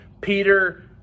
Peter